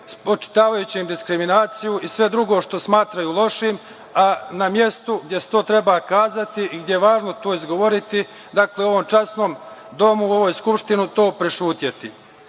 spočitavajući im diskriminaciju i sve drugo što smatraju lošim, a na mestu gde se to treba kazati i gde je važno to izgovoriti, dakle, u ovom časnom Domu, u ovoj Skupštini to prećutati. Naš